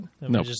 No